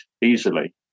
easily